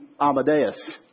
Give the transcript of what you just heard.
Amadeus